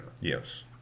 Yes